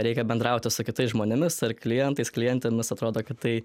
reikia bendrauti su kitais žmonėmis ar klientais klientėmis atrodo kad tai